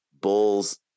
bulls